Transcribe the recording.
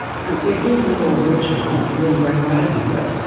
know, there is no original little red riding hood.